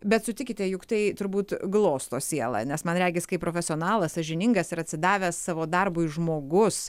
bet sutikite juk tai turbūt glosto sielą nes man regis kai profesionalas sąžiningas ir atsidavęs savo darbui žmogus